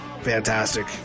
fantastic